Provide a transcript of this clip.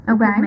Okay